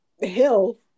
hill